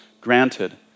granted